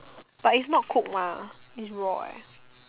but it's not cooked mah it's raw eh